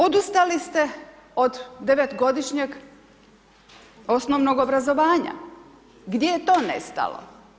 Odustali ste od devetogodišnjeg osnovnog obrazovanja, gdje je to nestalo?